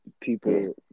people